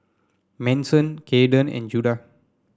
Manson Cayden and Judah